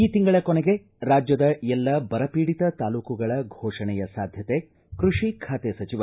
ಈ ತಿಂಗಳ ಕೊನೆಗೆ ರಾಜ್ಯದ ಎಲ್ಲ ಬರ ಪೀಡಿತ ತಾಲೂಕುಗಳ ಫೋಷಣೆಯ ಸಾಧ್ಯತೆ ಕೃಷಿ ಖಾತೆ ಸಚಿವ